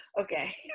Okay